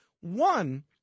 One